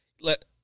Let